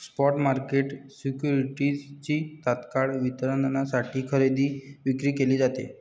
spot market सिक्युरिटीजची तत्काळ वितरणासाठी खरेदी विक्री केली जाते